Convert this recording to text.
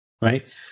Right